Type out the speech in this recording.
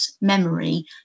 memory